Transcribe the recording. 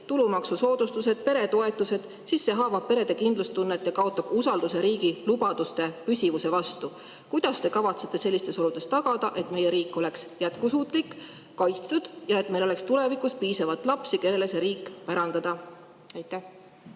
tulumaksusoodustused, peretoetused –, siis see haavab perede kindlustunnet ja kaotab usalduse riigi lubaduste püsivuse vastu. Kuidas te kavatsete sellistes oludes tagada, et meie riik oleks jätkusuutlik, kaitstud ja et meil oleks tulevikus piisavalt lapsi, kellele see riik pärandada? Aitäh,